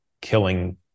killing